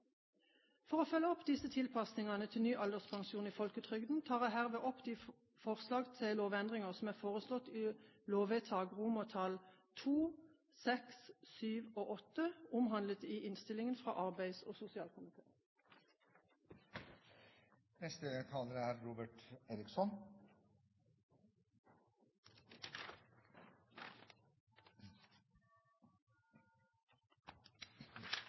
For å følge opp disse tilpasningene til ny alderspensjon i folketrygden anbefaler jeg herved de lovendringer som er foreslått i lovvedtak nr. II, VI, VII og VIII, omhandlet i innstillingen fra arbeids- og